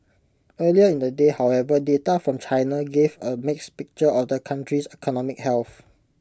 earlier in the day however data from China gave A mixed picture of the country's economic health